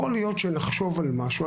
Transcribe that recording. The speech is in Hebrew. יכול להיות שנחשוב על משהו.